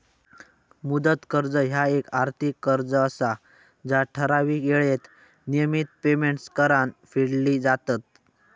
मुदत कर्ज ह्या येक आर्थिक कर्ज असा जा ठराविक येळेत नियमित पेमेंट्स करान फेडली जातत